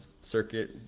circuit